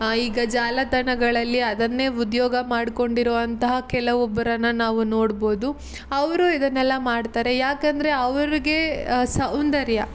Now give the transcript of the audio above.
ಈಗ ಜಾಲತಾಣಗಳಲ್ಲಿ ಅದನ್ನೇ ಉದ್ಯೋಗ ಮಾಡಿಕೊಂಡಿರೋವಂತಹ ಕೆಲವೊಬ್ಬರನ್ನು ನಾವು ನೋಡ್ಬೋದು ಅವರು ಇದನ್ನೆಲ್ಲ ಮಾಡ್ತಾರೆ ಯಾಕೆಂದ್ರೆ ಅವ್ರಿಗೆ ಸೌಂದರ್ಯ